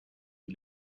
die